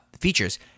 features